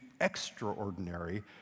extraordinary